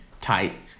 tight